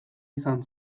izan